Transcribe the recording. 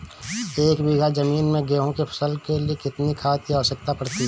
एक बीघा ज़मीन में गेहूँ की फसल के लिए कितनी खाद की आवश्यकता पड़ती है?